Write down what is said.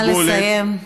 נא לסיים.